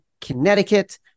Connecticut